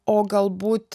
o galbūt